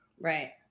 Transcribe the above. Right